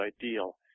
ideal